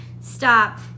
stop